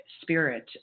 spirit